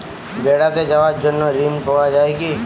বেড়াতে যাওয়ার জন্য ঋণ পাওয়া যায় কি?